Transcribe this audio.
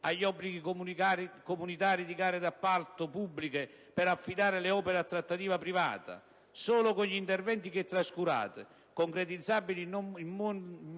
agli obblighi comunitari di gare d'appalto pubbliche (per affidare le opere con trattativa privata). Solo con gli interventi che trascurate, concretizzabili in meno